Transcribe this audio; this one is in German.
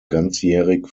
ganzjährig